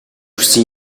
үхсэн